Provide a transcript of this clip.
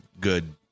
good